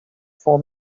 for